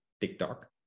TikTok